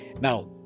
Now